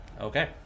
Okay